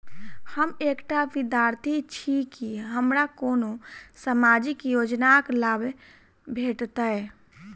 हम एकटा विद्यार्थी छी, की हमरा कोनो सामाजिक योजनाक लाभ भेटतय?